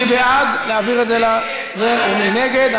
מי בעד להעביר את זה לזה ומי נגד?